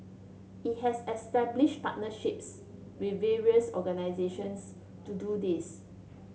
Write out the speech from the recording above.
it has established partnerships with various organisations to do this